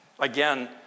Again